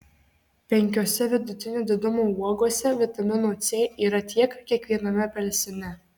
penkiose vidutinio didumo uogose vitamino c yra tiek kiek viename apelsine